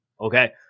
Okay